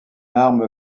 arme